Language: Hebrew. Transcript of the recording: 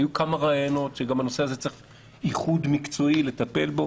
היו כמה רעיונות כאשר גם הנושא הזה צריך איחוד מקצועי לטפל בו.